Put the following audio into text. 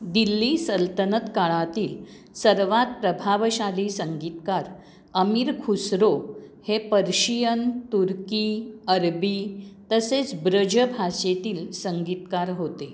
दिल्ली सल्तनत काळातील सर्वात प्रभावशाली संगीतकार अमीर खुसरो हे पर्शियन तुर्की अरबी तसेच ब्रज भाषेतील संगीतकार होते